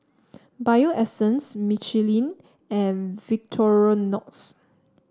Bio Essence Michelin and Victorinox